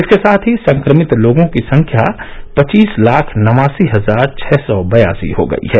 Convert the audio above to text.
इसके साथ ही संक्रमित लोगों की संख्या पचीस लाख नवासी हजार छह सौ बयासी हो गई है